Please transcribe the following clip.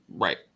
Right